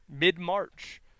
mid-March